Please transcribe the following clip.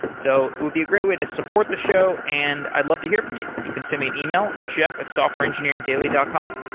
so it would be a great way to support the show and i'd love to hear from you. you can send me an email, jeff at softwareengineeringdaily dot com